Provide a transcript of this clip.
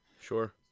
Sure